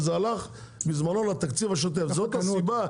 צריך לתקן את הגשר,